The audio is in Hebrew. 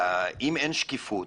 אם אין שקיפות